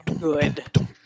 Good